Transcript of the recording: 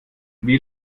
wie